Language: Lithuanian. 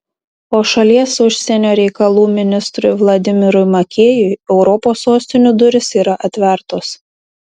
o šalies užsienio reikalų ministrui vladimirui makėjui europos sostinių durys yra atvertos